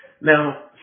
Now